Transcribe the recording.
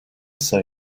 say